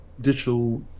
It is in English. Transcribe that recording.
Digital